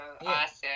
Awesome